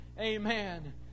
amen